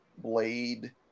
blade